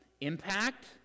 impact